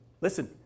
Listen